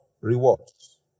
rewards